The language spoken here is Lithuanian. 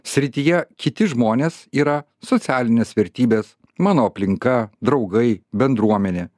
srityje kiti žmonės yra socialinės vertybės mano aplinka draugai bendruomenė